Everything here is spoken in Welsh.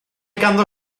ganddo